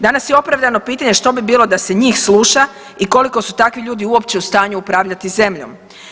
Danas je opravdano pitanje što bi bilo da se njih sluša i koliko su takvi ljudi uopće u stanju upravljati zemljom?